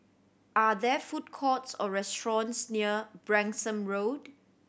are there food courts or restaurants near Branksome Road